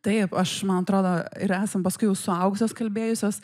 taip aš man atrodo ir esam paskui jau suaugusios kalbėjusios